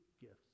gifts